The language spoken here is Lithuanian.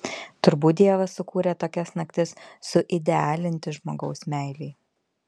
turbūt dievas sukūrė tokias naktis suidealinti žmogaus meilei